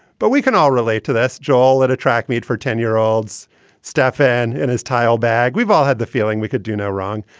but we can all relate to this. joel at a track meet for ten year olds stefan and his tile bag, we've all had the feeling we could do no wrong.